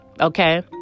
Okay